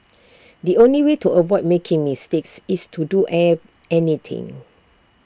the only way to avoid making mistakes is to do air anything